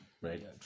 Right